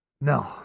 No